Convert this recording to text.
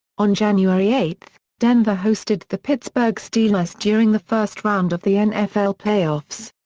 on january eight, denver hosted the pittsburgh steelers during the first round of the nfl playoffs.